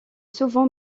souvent